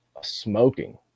smoking